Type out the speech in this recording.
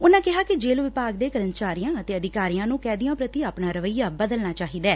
ਉਨੂਾ ਕਿਹਾ ਕਿ ਜੇਲੂ ਵਿਭਾਗ ਦੇ ਕਰਮਚਾਰੀਆਂ ਅਤੇ ਅਧਿਕਾਰੀਆਂ ਨੂੰ ਕੈਦੀਆਂ ਪ੍ਰਤੀ ਆਪਣਾ ਰਵੱਈਆ ਬਦਲਣਾ ਚਾਹੀਦੈ